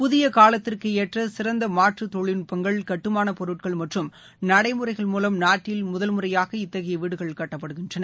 புதிய காலத்திற்கு ஏற்ற சிறந்த மாற்று தொழில்நுட்பங்கள் கட்டுமானப் பொருட்கள் மற்றும் நடைமுறைகள் மூலம் நாட்டில் முதல் முறையாக இத்தகைய வீடுகள் கட்டப்படுகின்றன